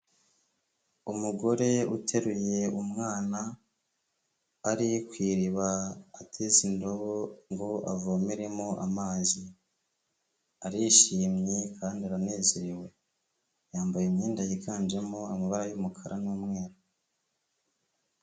Umugore uteruye umwana ari ku iriba ateze indobo ngo avomeremo amazi, arishimye kandi aranezerewe, yambaye imyenda yiganjemo amabara y'umukara n'umweru.